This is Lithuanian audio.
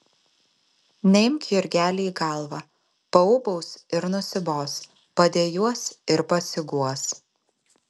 neimk jurgeli į galvą paūbaus ir nusibos padejuos ir pasiguos